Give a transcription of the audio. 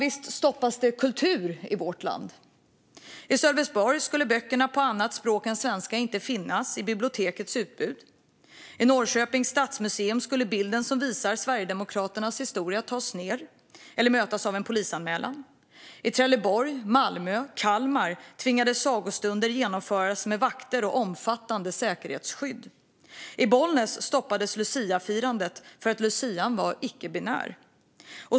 Visst stoppas det kultur i vårt land. I Sölvesborg skulle böckerna på annat språk än svenska inte finnas i bibliotekets utbud. I Norrköpings stadsmuseum skulle bilden som visar Sverigedemokraternas historia tas ned eller mötas av en polisanmälan. I Trelleborg, Malmö och Kalmar tvingades sagostunder att genomföras med vakter och omfattande säkerhetsskydd. I Bollnäs stoppades luciafirandet därför att lucian var icke-binär.